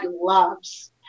loves